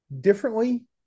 differently